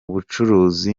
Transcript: bucuruzi